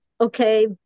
Okay